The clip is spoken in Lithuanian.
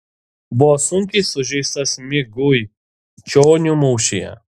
buvo sunkiai sužeistas miguičionių mūšyje